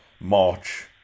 March